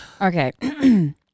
Okay